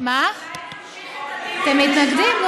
אולי נמשיך בדיון, אתם מתנגדים.